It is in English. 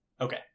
Okay